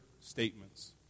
statements